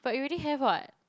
but you already have [what]